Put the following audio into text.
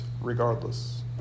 regardless